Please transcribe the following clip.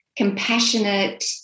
Compassionate